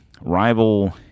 rival